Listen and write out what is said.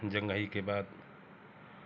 जंघई के बाद